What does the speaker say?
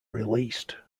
released